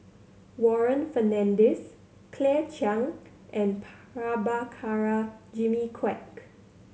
Warren Fernandez Claire Chiang and Prabhakara Jimmy Quek